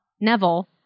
Neville